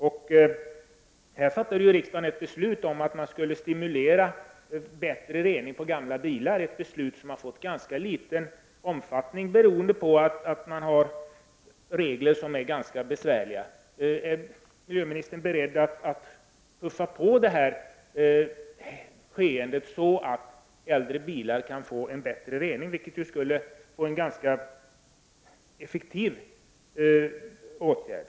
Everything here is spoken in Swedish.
Riksdagen fattade ju ett beslut om att man skulle stimulera bättre avgasrening på gamla bilar — ett beslut som fått ett ganska litet genomslag beroende på att reglerna är rätt så besvärliga. Är miljöministern beredd att puffa på skeendet så att äldre bilar kan få en bättre rening, vilket skulle vara en effektiv åtgärd?